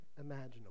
imaginable